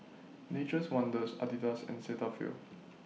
Nature's Wonders Adidas and Cetaphil